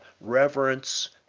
reverence